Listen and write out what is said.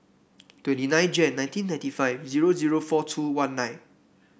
twenty nine Jan nineteen ninety five zero zero four two one nine